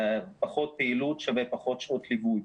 פחות פעילות שווה פחות שעות ליווי,